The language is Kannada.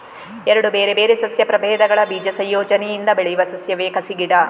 ಎರಡು ಬೇರೆ ಬೇರೆ ಸಸ್ಯ ಪ್ರಭೇದಗಳ ಬೀಜ ಸಂಯೋಜನೆಯಿಂದ ಬೆಳೆಯುವ ಸಸ್ಯವೇ ಕಸಿ ಗಿಡ